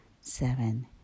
seven